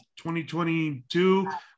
2022